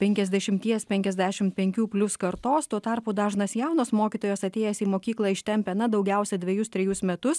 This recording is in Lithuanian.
penkiasdešimties penkiasdešim penkių plius kartos tuo tarpu dažnas jaunas mokytojas atėjęs į mokyklą ištempia na daugiausia dvejus trejus metus